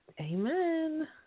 Amen